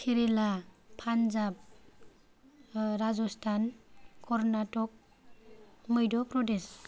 Kerala Punjab Rajasthan Karnataka Madhya Pradesh